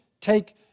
take